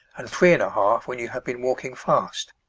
and three and a half when you have been walking fast.